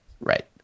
Right